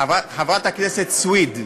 חברת הכנסת סויד,